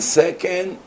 second